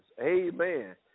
Amen